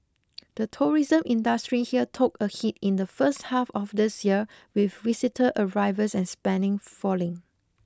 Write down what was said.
the tourism industry here took a hit in the first half of this year with visitor arrivals and spending falling